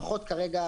לפחות כרגע,